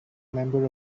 member